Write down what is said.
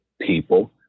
people